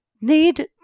need